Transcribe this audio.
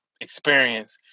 experience